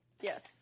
yes